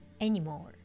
anymore